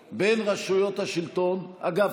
והמצב הזה שבו יש פערים בין רשויות השלטון אגב,